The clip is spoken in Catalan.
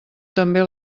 també